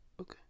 Okay